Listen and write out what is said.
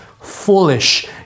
foolish